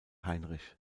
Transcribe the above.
heinrich